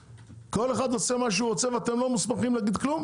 כל אחד עושה מה שהוא רוצה ואתם לא מוסמכים להגיד כלום?